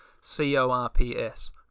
C-O-R-P-S